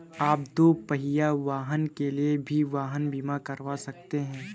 आप दुपहिया वाहन के लिए भी वाहन बीमा करवा सकते हैं